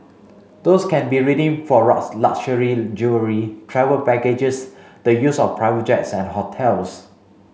those can be redeemed for luxury jewellery travel packages the use of private jets and hotels